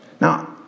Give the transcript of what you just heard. Now